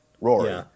Rory